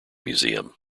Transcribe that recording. museum